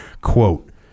Quote